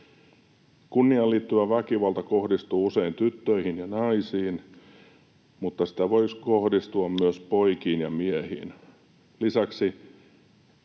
Kunniaan liittyvä väkivalta kohdistuu usein tyttöihin ja naisiin, mutta sitä voi kohdistua myös poikiin ja miehiin.